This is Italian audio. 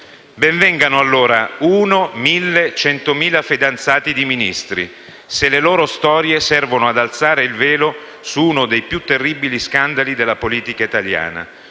Ben vengano allora uno, mille, centomila fidanzati di Ministri, se le loro storie servono ad alzare il velo su uno dei più terribili scandali della politica italiana.